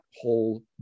whole